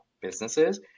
businesses